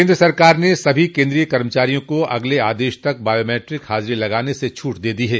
केन्द्र सरकार ने सभी केन्द्रीय कर्मचारियों को अगले आदेश तक बॉयोमैट्रिक हाजरी लगाने स छूट दे दी है